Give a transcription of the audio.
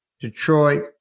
Detroit